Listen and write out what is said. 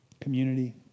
community